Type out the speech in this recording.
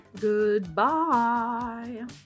Goodbye